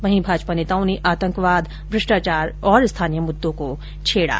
वहीं भाजपा नेताओं ने आतंकवाद भ्रष्टाचार और स्थानीय मुद्दों को छेड़ा